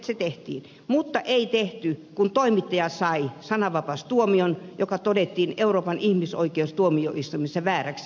se tehtiin mutta ei tehty kun toimittaja sai sananvapaustuomion joka todettiin euroopan ihmisoikeustuomioistuimessa vääräksi